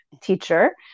teacher